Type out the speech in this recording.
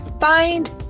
find